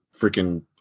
freaking